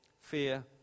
fear